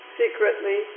secretly